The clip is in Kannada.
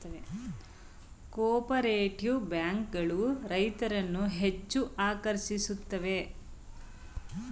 ಕೋಪರೇಟಿವ್ ಬ್ಯಾಂಕ್ ಗಳು ರೈತರನ್ನು ಹೆಚ್ಚು ಆಕರ್ಷಿಸುತ್ತವೆ